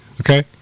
okay